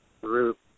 group